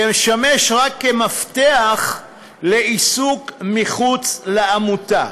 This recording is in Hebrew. ישמש רק כמפתח לעיסוק מחוץ לעמותה,